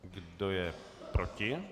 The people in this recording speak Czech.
Kdo je proti?